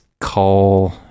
call